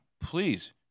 please